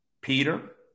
Peter